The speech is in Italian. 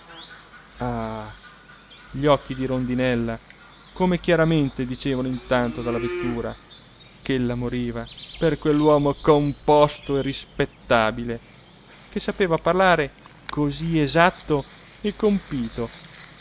gli occhi di rondinella come chiaramente dicevano intanto dalla vettura ch'ella moriva per quell'uomo composto e rispettabile che sapeva parlare così esatto e compito